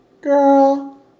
Girl